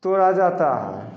तोड़ा जाता है